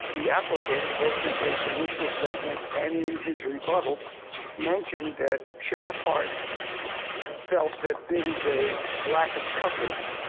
the applicant, both in his initial statement. and in his rebuttal mentioned that sheriff hart felt that there was a lack of coverage.